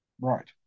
Right